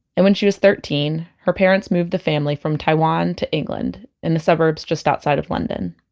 and when she was thirteen, her parents moved the family from taiwan to england, in the suburbs just outside of london